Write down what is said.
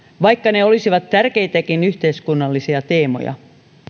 vaikka ne olisivat tärkeitäkin yhteiskunnallisia teemoja